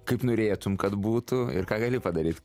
kaip norėtum kad būtų ir ką gali padaryt